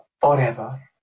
forever